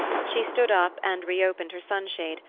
she stood up and reopened her sunshade,